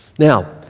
Now